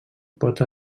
pot